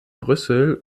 brüssel